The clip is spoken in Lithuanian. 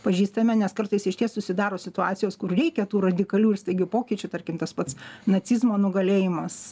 pažįstame nes kartais išties susidaro situacijos kur reikia tų radikalių ir staigių pokyčių tarkim tas pats nacizmo nugalėjimas